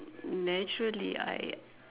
naturally I